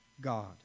God